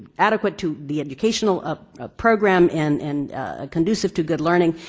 adequate to the educational ah ah program and and conducive to good learning.